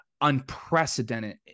unprecedented